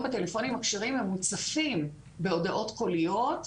בטלפונים הכשרים הם מוצפים בהודעות קוליות,